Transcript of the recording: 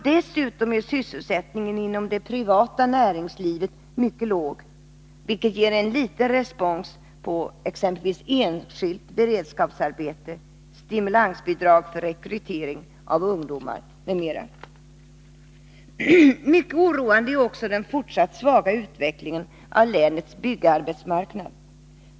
Dessutom är sysselsättningen inom det privata näringslivet mycket låg, vilket ger en liten respons på insatser i form av t.ex. enskilt beredskapsarbete, stimulansbidrag för rekrytering av ungdomar, m.m. Mycket oroande är också den fortsatt svaga utvecklingen av länets byggarbetsmarknad.